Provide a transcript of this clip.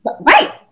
right